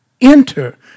enter